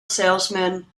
salesman